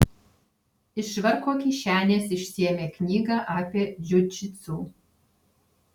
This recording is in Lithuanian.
iš švarko kišenės išsiėmė knygą apie džiudžitsu